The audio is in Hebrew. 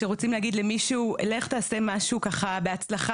כשרוצים להגיד למישהו "לך תעשה משהו בהצלחה",